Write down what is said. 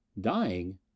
dying